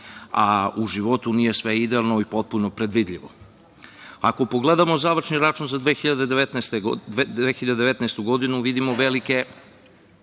A u životu nije sve idealno i potpuno predvidljivo. Ako pogledamo završni račun za 2019. godinu, vidimo velike